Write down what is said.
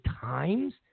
times